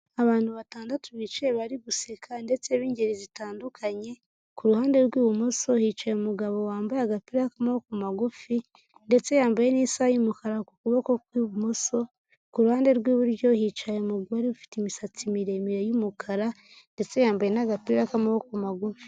Abantu batandatu bicaye bari guseka ndetse b'ingeri zitandukanye, ku ruhande rw'ibumoso hicaye umugabo wambaye agapira k'amaboko magufi ndetse yambaye n'isaha y'umukara ku kuboko kw'ibumoso, ku ruhande rw'iburyo hicaye umugore ufite imisatsi miremire y'umukara ndetse yambaye n'agapira k'amaboko magufi.